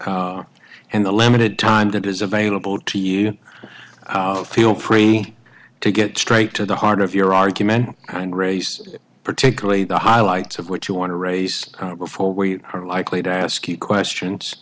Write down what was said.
morning and the limited time that is available to you feel free to get straight to the heart of your argument kind race particularly the highlights of what you want to raise before we are likely to ask you questions